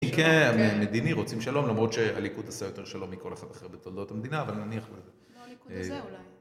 מדיני, רוצים שלום, למרות שהליכוד עושה יותר שלום מכל אחד אחר בתולדות המדינה, אבל נניח לזה.